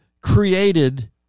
created